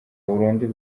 burundu